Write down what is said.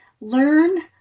learn